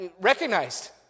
recognized